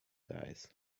guys